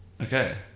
okay